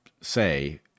say